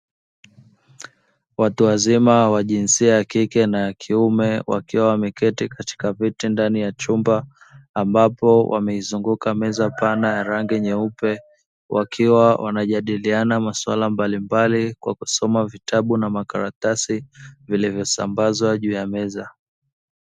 Watu wazima wa jinsia ya kike na ya kiume, wakiwa wameketi katika viti ndani ya chumba, ambapo wameizunguka meza pana ya rangi nyeupe; wakiwa wanajadiliana masuala mbalimbali kwa kusoma vitabu na makaratasi, vilivyosambazwa juu ya meza.